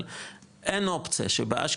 אבל אין אופציה שבה,